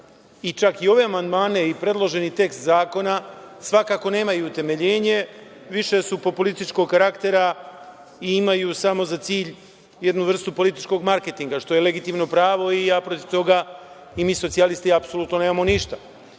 čak i ove amandmane i predloženi tekst zakona, svakako nemaju utemeljenje više su populističkog karaktera i imaju samo za cilj jednu vrstu političkog marketinga, što je legitimno pravo. Mi socijalisti i ja protiv toga apsolutno nemamo